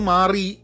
Mari